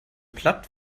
platt